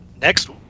next